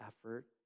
effort